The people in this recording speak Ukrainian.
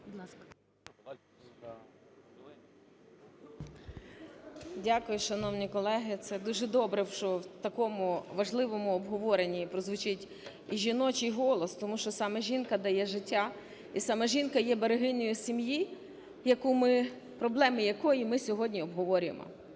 Дякую. Шановні колеги! Це дуже добре, що в такому важливому обговоренні прозвучить і жіночий голос. Тому що саме жінка дає життя, і саме жінка є берегинею сім'ї проблеми якої ми сьогодні обговорюємо.